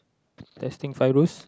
testing Fairuz